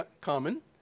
common